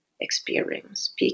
experience